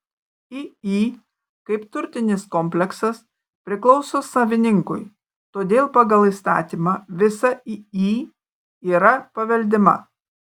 iį kaip turtinis kompleksas priklauso savininkui todėl pagal įstatymą visa iį yra paveldima